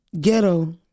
ghetto